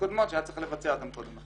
קודמות שהיה צריך לבצע אותן קודם לכן.